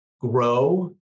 grow